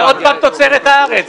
זה עוד פעם תוצרת הארץ,